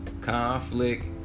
Conflict